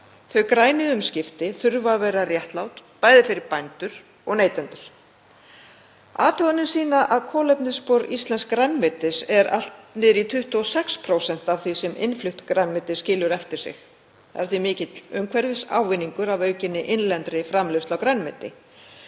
Þau grænu umskipti þurfa að vera réttlát bæði fyrir bændur og neytendur. Athuganir sýna að kolefnisspor íslensks grænmetis er allt niður í 26% af því sem innflutt grænmeti skilur eftir sig. Það er því mikill umhverfisávinningur af aukinni innlendri framleiðslu á grænmeti.